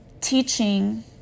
teaching